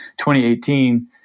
2018